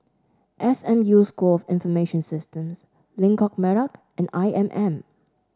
S M U School of Information Systems Lengkok Merak and I M M